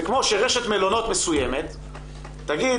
זה כמו שרשת מלונות מסוימת תגיד,